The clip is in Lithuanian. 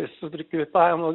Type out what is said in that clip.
sutrik kvėpavimo